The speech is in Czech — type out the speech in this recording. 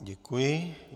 Děkuji.